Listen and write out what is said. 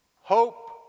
Hope